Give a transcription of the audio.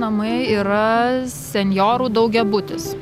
namai yra senjorų daugiabutis